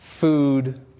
food